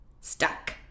Stuck